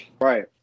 Right